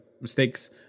mistakes